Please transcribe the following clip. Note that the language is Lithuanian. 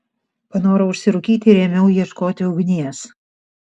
panorau užsirūkyti ir ėmiau ieškoti ugnies